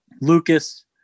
Lucas